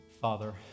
Father